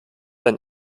ein